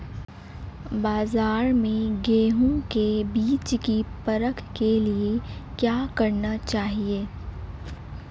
बाज़ार में गेहूँ के बीज की परख के लिए क्या करना चाहिए?